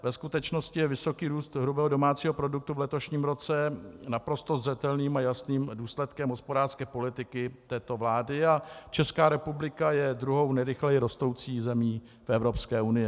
Ve skutečnosti je vysoký růst hrubého domácího produktu v letošním roce naprosto zřetelným a jasným důsledkem hospodářské politiky této vlády a Česká republika je druhou nejrychleji rostoucí zemí Evropské unie.